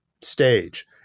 stage